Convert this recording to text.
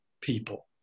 people